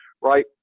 right